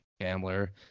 gambler